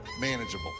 manageable